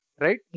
Right